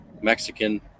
Mexican